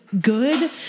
good